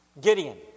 Gideon